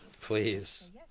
Please